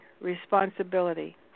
responsibility